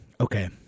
okay